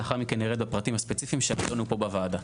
לאחר מכן נרד לפרטים הספציפיים שידונו פה בוועדה.